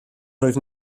rwyf